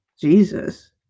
Jesus